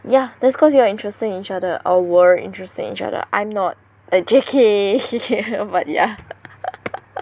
yeah that's cause you are interested in each other or were interested in each other I'm not err J_K but yeah